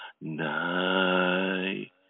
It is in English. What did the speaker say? night